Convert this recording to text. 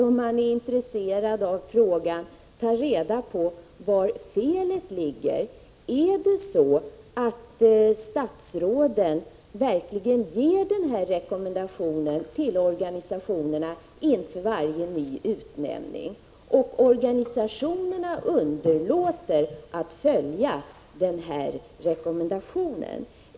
Om man är intresserad av frågan, bör man väl ta reda på var felet ligger. Ger verkligen statsråden den här rekommendationen till organisationerna inför varje ny utnämning? Underlåter i så fall organisationerna att följa den?